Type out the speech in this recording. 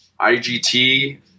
IGT